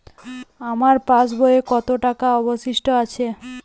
আমার পাশ বইয়ে কতো টাকা অবশিষ্ট আছে?